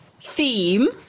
theme